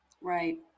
right